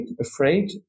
afraid